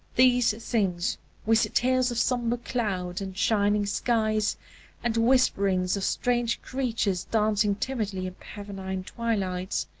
these things with tales of sombre clouds and shining skies and whisperings of strange creatures dancing timidly in pavonine twilights,